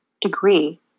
degree